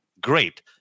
great